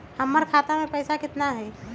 हमर खाता मे पैसा केतना है?